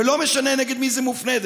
ולא משנה נגד מי זה מופנה,